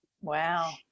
Wow